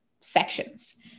sections